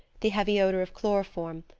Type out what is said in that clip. the heavy odor of chloroform,